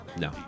No